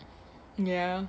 ya